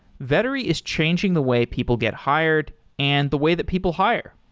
vettery is changing the way people get hired and the way that people hire.